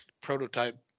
prototype